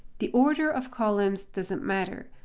the order of columns doesn't matter.